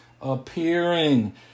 appearing